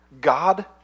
God